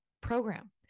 program